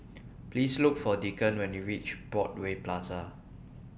Please Look For Declan when YOU REACH Broadway Plaza